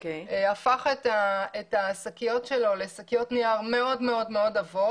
הפך את השקיות שלו לשקיות נייר מאוד עבות.